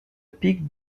pic